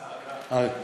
האגרה.